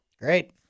Great